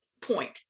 point